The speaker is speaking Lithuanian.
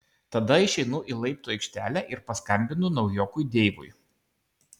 tada išeinu į laiptų aikštelę ir paskambinu naujokui deivui